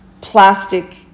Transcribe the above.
plastic